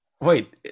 Wait